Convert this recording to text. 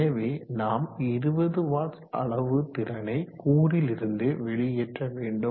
எனவே நாம் 20 W அளவு திறனை கூறிலிருந்து வெளியேற்ற வேண்டும்